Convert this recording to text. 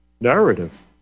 Narrative